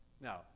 Now